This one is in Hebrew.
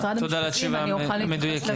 תודה על התשובה המדויקת.